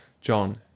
john